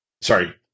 Sorry